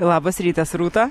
labas rytas rūta